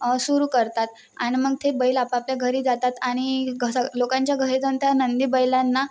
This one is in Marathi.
सुरू करतात आणि मग ते बैल आपापल्या घरी जातात आणि घस लोकांच्या घरी जाऊन त्या नंदी बैलांना